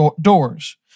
doors